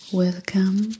welcome